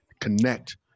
connect